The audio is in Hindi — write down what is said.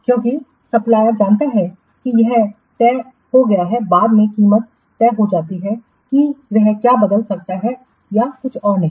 क्योंकि सप्लायरजानता है कि यह तय हो गया है बाद में कीमत तय हो जाती है कि वह क्या बदल सकता है या कुछ और नहीं